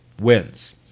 wins